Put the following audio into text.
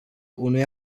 unui